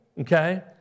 okay